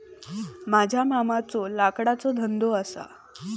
माझ्या मामाचो लाकडाचो धंदो असा